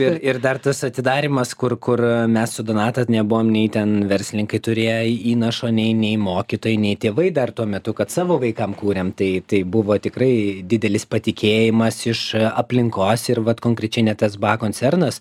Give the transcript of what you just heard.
ir ir dar tas atidarymas kur kur mes su donata nebuvom nei ten verslininkai turėję įnašo nei nei mokytojai nei tėvai dar tuo metu kad savo vaikam kūrėm tai tai buvo tikrai didelis patikėjimas iš aplinkos ir vat konkrečiai net tas es be a konsernas